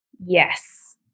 Yes